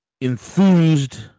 enthused